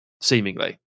seemingly